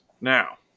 Now